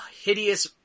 hideous